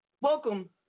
Welcome